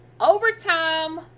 Overtime